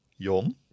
Jon